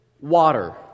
water